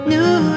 New